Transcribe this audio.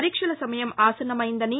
పరీక్షల సమయం ఆసన్నమయ్యిందని